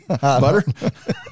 butter